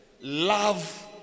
love